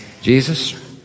Jesus